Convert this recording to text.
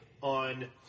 on